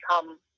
become